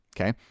Okay